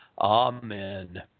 Amen